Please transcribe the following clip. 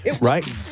Right